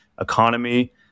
economy